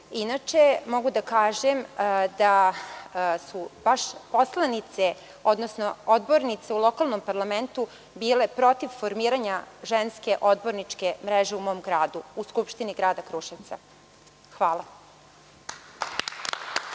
Čomić. Inače, mogu da kažem su baš poslanice, odnosno odbornice u lokalnom parlamentu bile protiv formiranja ženske odborničke mreže u mom gradu, u Skupštini Grada Kruševca. Hvala.